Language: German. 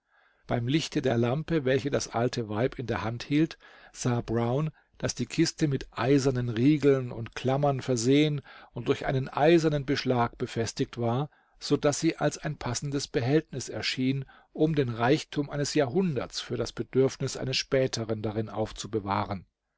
beim lichte der lampe welche das alte weib in der hand hielt sah brown daß die kiste mit eisernen riegeln und klammern versehen und durch einen eisernen beschlag befestigt war so daß sie als ein passendes behältnis erschien um den reichtum eines jahrhunderts für das bedürfnis eines späteren darin aufzubewahren